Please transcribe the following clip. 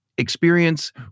experience